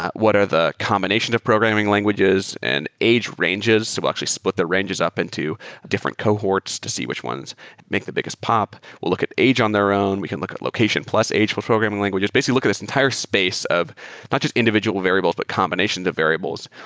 what are the combinations of programming languages and age ranges? we'll actually split the ranges up into different cohorts to see which ones make the biggest pop. we'll look at age on their own. we can look at location plus age for programming languages. basically, look at this entire space of not just individual variables but combinations of variables.